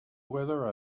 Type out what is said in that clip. weather